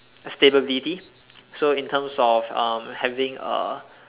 stability so in terms of um having a